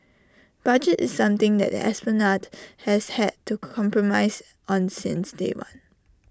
budget is something that the esplanade has had to compromise on since day one